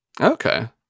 okay